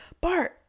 Bart